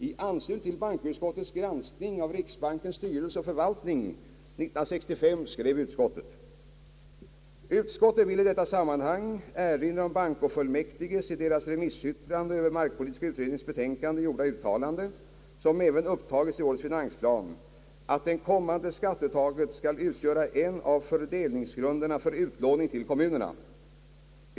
I anslutning till bankoutskottets granskning av riksbankens styrelse och förvaltning 1965 skrev utskottet: >Utskottet vill i detta sammanhang erinra om bankofullmäktiges i deras remissyttrande över markpolitiska utredningens betänkande gjorda uttalande — som även upptagits i årets finansplan — att det kommande skatteuttaget skall utgöra en av fördelningsgrunderna för utlåningen till kommunerna.